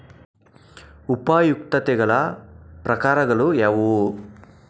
ಉಪಯುಕ್ತತೆಗಳ ಪ್ರಕಾರಗಳು ಯಾವುವು?